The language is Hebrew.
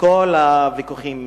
וכל הוויכוחים מסביבה.